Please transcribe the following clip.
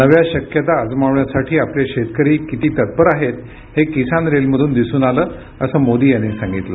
नव्या शक्यता अजमवण्यासाठी आपले शेतकरी किती तत्पर आहेत ते किसान रेलमधून दिसून आलं असं मोदी यांनी सांगितलं